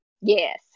Yes